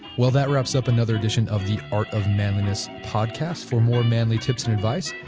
well, that wraps up another edition of the art of manliness podcast for more manly tips and advice,